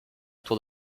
tour